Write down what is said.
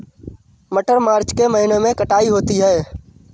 मटर मार्च के महीने कटाई होती है?